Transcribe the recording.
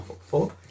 four